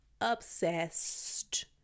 Obsessed